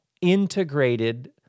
integrated